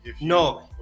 no